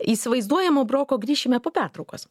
įsivaizduojamo broko grįšime po pertraukos